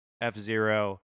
F-Zero